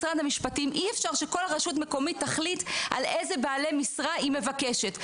שאי אפשר שכל רשות מקומית תחליט על אילו בעלי משרה היא מבקשת,